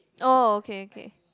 oh okay okay